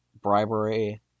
bribery